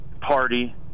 party